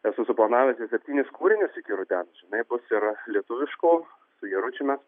esu suplanavęs ir septynis kūrinius iki rudens žinai bus ir lietuviškų su jaručiu mes